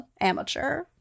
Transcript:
Amateur